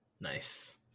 Nice